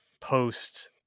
post